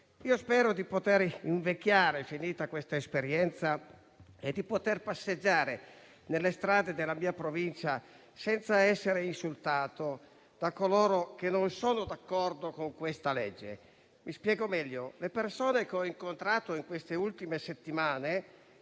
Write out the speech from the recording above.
Spero di poter invecchiare, finita questa esperienza, e passeggiare nelle strade della mia provincia senza essere insultato da coloro che non sono d'accordo con il disegno di legge in discussione. Mi spiego meglio: tutte le persone che ho incontrato in queste ultime settimane